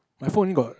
my phone got